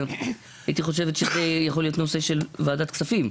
הייתי חושבת שזה יכול להיות נושא של ועדת כספים.